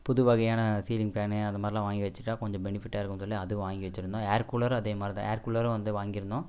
புது வகையான ceiling fan அந்த மாதிரிலாம் வாங்கி வச்சுக்கிட்டா கொஞ்சம் பெனிஃபிட்டாக இருக்கும்னு சொல்லி அதுவும் வாங்கி வச்சுருந்தோம் ஏர்கூலரும் அதே மாதிரிதான் ஏர்கூலரும் வந்து வாங்கியிருந்தோம்